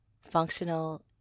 functional